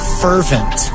fervent